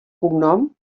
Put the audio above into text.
cognom